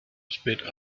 spit